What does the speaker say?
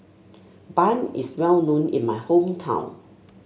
bun is well known in my hometown